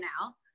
now